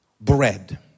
bread